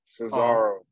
Cesaro